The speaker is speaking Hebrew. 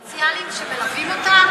אין עובדים סוציאליים שמלווים אותה?